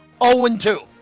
0-2